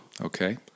Okay